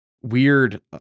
weird